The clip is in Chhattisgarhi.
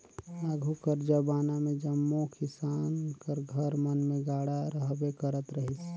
आघु कर जबाना मे जम्मो किसान कर घर मन मे गाड़ा रहबे करत रहिस